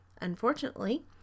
Unfortunately